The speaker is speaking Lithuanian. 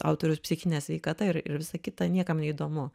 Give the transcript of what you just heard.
autoriaus psichine sveikata ir ir visa kita niekam neįdomu